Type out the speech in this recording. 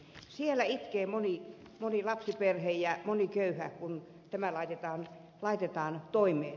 siellä itkee moni lapsiperhe ja moni köyhä kun tämä laitetaan toimeen